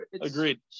Agreed